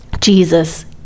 Jesus